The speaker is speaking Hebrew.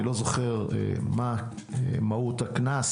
אני לא זוכר מה מהות הקנס